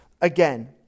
again